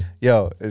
Yo